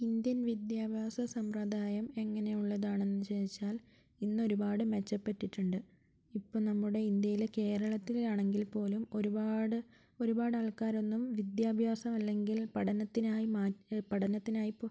Indian വിദ്യാഭ്യാസ സമ്പ്രദായം എങ്ങനെ ഉള്ളതാണെന്ന് ചോദിച്ചാൽ ഇന്ന് ഒരുപാട് മെച്ചപ്പെട്ടിട്ടുണ്ട് ഇപ്പോൾ നമ്മുടെ ഇന്ത്യയിലെ കേരളത്തിൽ ആണെങ്കിൽ പോലും ഒരുപാട് ഒരുപാടാൾക്കാർ ഒന്നും വിദ്യാഭ്യാസം അല്ലെങ്കിൽ പഠനത്തിനായി പഠനത്തിനായി ഇപ്പോൾ